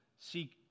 seek